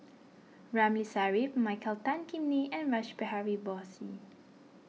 Ramli Sarip Michael Tan Kim Nei and Rash Behari Bose